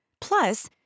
Plus